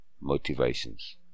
motivations